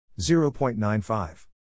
0.95